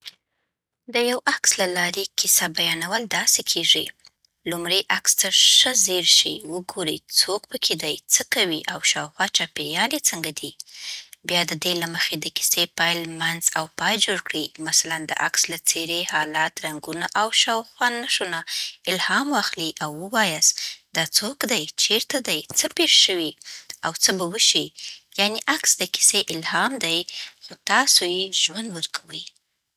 د یو عکس له لارې کیسه بیانول داسې کېږي: لومړی عکس ته ښه ځیر شئ، وګورئ څوک پشکې دي، څه کوي، او شاوخوا چاپېریال یې څنګه دی. بیا د دې له مخې د کیسې پیل، منځ او پای جوړ کړئ. مثلاً، د عکس له څېرې، حالت، رنګونو او شا و خوا نښو نه الهام واخلئ او ووایاست: دا څوک دی، چیرته دی، څه پېښ شوي، او څه به وشي. یعنې، عکس د کیسې الهام ده، خو تاسو یې ژوند ورکوئ.